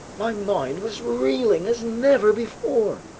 my mind was reeling as never before!